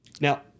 Now